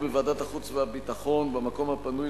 בוועדת החוץ והביטחון: במקום הפנוי